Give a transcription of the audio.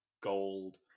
gold